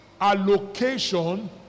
allocation